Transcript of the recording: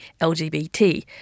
LGBT